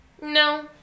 No